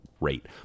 rate